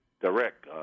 direct